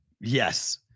Yes